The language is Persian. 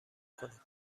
کنید